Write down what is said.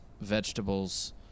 vegetables